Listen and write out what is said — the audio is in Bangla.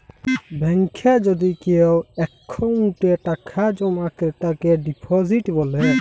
ব্যাংকে যদি কেও অক্কোউন্টে টাকা জমা ক্রেতাকে ডিপজিট ব্যলে